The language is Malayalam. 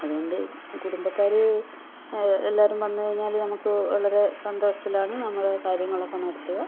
അതുകൊണ്ട് കുടുംബക്കാര് എല്ലാവരും വന്നുകഴിഞ്ഞാൽ നമുക്ക് വളരെ സന്തോഷത്തിലാണ് നമ്മള് കാര്യങ്ങൾ ഒക്കെ നടത്തുക